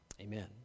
Amen